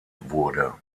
wurde